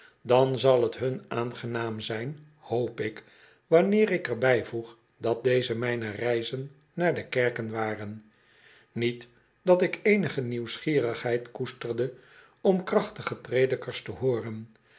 dan zal t hun aangenaam zijn hoop ik wanneer ik er bijvoeg dat deze mijne reizen naar de kerken waren niet dat ik eenige nieuwsgierigheid koesterde om krachtige predikers te hooren